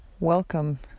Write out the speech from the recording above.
Welcome